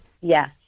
Yes